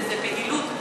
זה בהילות.